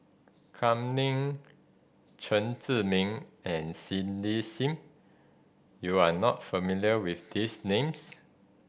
Kam Ning Chen Zhiming and Cindy Sim you are not familiar with these names